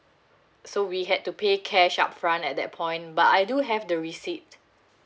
so we had to pay cash up front at that point but I do have the receipt